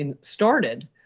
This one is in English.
started